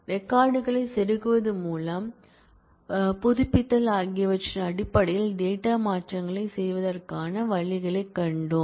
record களைச் செருகுவது மற்றும் புதுப்பித்தல் ஆகியவற்றின் அடிப்படையில் டேட்டா மாற்றங்களைச் செய்வதற்கான வழிகளைக் கண்டோம்